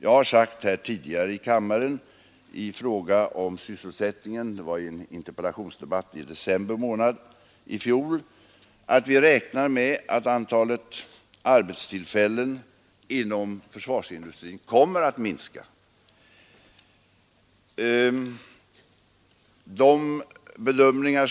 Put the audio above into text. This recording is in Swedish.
Jag har sagt tidigare här i kammaren i fråga om sysselsättningen — det var i en interpellationsdebatt i december månad i fjol — att vi räknar med att antalet arbetstillfällen inom försvarsindustrin kommer att minska.